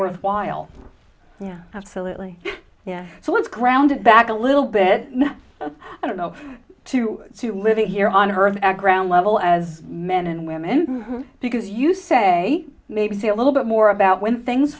worthwhile yeah absolutely yeah so it's grounded back a little bit i don't know to to live it here on her background level as men and women because you say maybe see a little bit more about when things